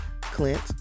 Clint